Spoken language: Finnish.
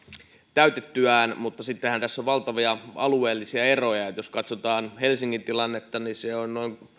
täytettyään mutta sittenhän tässä on valtavia alueellisia eroja eli jos katsotaan helsingin tilannetta niin vasta noin